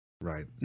right